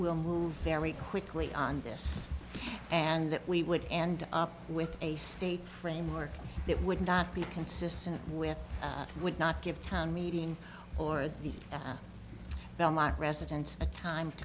will move very quickly on this and that we would end up with a state framework that would not be consistent with that would not give town meeting or the belmont residents a time